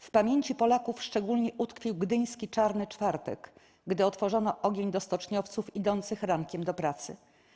W pamięci Polaków szczególnie utkwił gdyński „Czarny czwartek”, gdy otworzono ogień do stoczniowców idących rankiem do pracy.